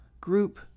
group